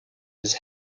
his